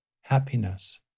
happiness